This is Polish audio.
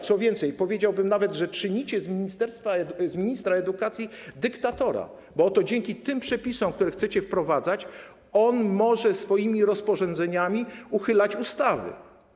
Co więcej, powiedziałbym nawet, że czynicie z ministra edukacji dyktatora, bo oto dzięki tym przepisom, które chcecie wprowadzać, może on swoimi rozporządzeniami uchylać ustawy.